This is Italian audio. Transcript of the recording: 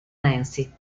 nancy